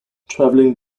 traveling